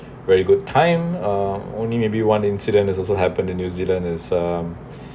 very good time uh only maybe one incident is also happen to new zealand is um